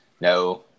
no